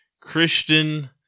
Christian